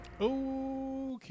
Okay